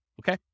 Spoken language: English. okay